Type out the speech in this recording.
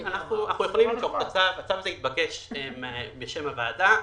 הצו הזה התבקש בשם הוועדה.